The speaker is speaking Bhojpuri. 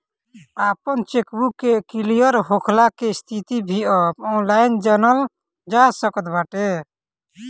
आपन चेकबुक के क्लियर होखला के स्थिति भी अब ऑनलाइन जनल जा सकत बाटे